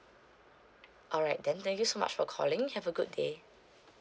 alright then thank you so much for calling have a good day